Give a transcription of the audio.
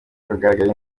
hagaragara